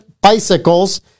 bicycles